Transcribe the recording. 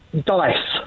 dice